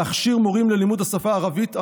להכשיר מורים ללימוד השפה הערבית המדוברת,